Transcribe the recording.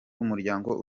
umuryango